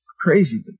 crazy